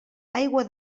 aigua